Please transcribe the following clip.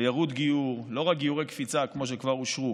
תיירות גיור, לא רק "גיורי קפיצה" כמו שכבר אושרו,